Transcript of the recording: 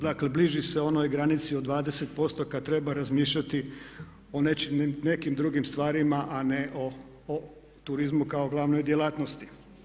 Dakle, bliži se onoj granici od 20% kad treba razmišljati o nekim drugim stvarima, a ne o turizmu kao glavnoj djelatnosti.